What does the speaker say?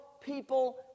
people